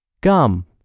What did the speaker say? Gum